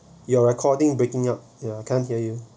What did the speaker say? you recording breaking up ya can't hear you